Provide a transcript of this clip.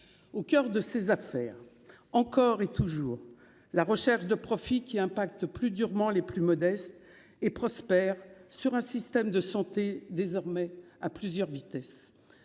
Au coeur de ses affaires, encore et toujours la recherche de profits qui impacte plus durement les plus modestes et prospère sur un système de santé désormais à plusieurs vitesses.